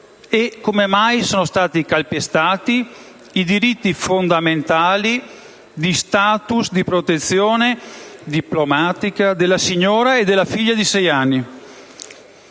quale motivo sono stati calpestati i diritti fondamentali di *status* e di protezione diplomatica della signora e della figlia di sei anni?